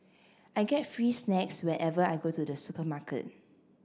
I get free snacks whenever I go to the supermarket